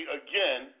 again